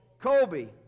Colby